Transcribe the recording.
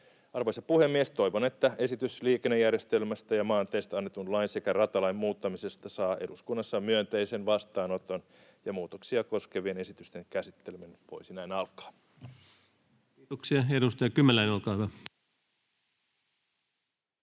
Arvoisa puhemies! Toivon, että esitys liikennejärjestelmästä ja maanteistä annetun lain sekä ratalain muuttamisesta saa eduskunnassa myönteisen vastaanoton ja muutoksia koskevien esitysten käsitteleminen voisi näin alkaa. Kiitoksia. — Edustaja Kymäläinen, olkaa hyvä.